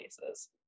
places